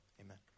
Amen